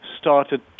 started